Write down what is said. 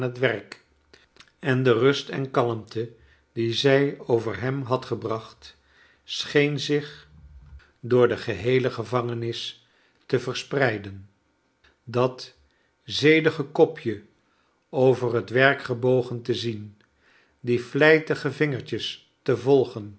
werk en de i rust en kalmte die zij over hem had gebracht scheen zich door de geheele gevangenis te verspreiden dat zedige kopje over liet werk gebogen te zien die vlijtigc vingertjes te volgen